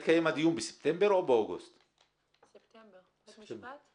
145 יחידות דיור באחד המתחמים תקועים וממתינים להחלטת בית משפט.